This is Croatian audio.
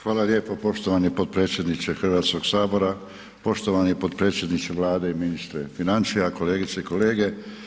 Hvala lijepo poštovani potpredsjedniče Hrvatskog sabora, poštovani potpredsjedniče Vlade i ministre financija, kolegice i kolege.